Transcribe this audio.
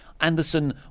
Anderson